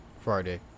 friday